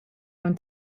aunc